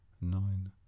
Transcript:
Nine